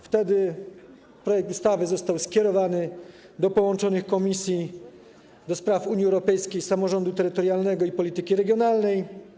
Wtedy projekt ustawy został skierowany do połączonych komisji: do Spraw Unii Europejskiej oraz Samorządu Terytorialnego i Polityki Regionalnej.